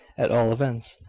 at all events.